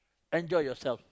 enjoy yourself